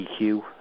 EQ